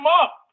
up